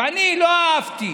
ואני לא אהבתי,